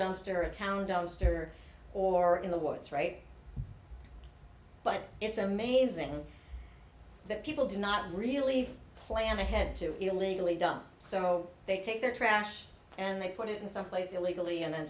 dumpster a town dumpster or in the woods right but it's amazing that people do not really plan ahead to illegally dump so they take their trash and they put it in someplace illegally and then